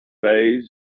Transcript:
phase